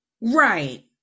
Right